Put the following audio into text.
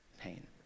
pain